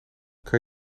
kan